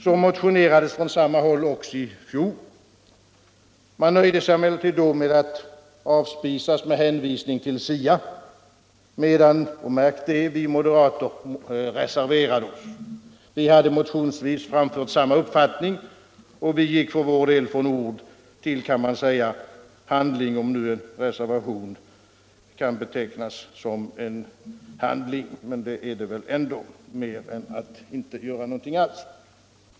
Så motionerades från samma håll också i fjol. Man nöjde sig emellertid då med att avspisas med hänvisning till SIA, medan —- märk det — vi moderater reserverade oss. Vi hade motionsvis framfört samma uppfattning och vi gick för vår del från ord till handling, om nu en reservation kan betecknas såsom en handling — i varje fall är den väl mer än att inte göra någonting alls.